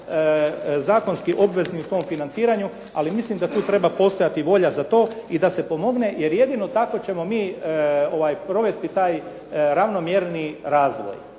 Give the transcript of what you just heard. zakonski obvezni u tom financiranju ali mislim da tu treba postojati volja za to i da se pomogne. Jer jedino tako ćemo mi provesti taj ravnomjerniji razvoj.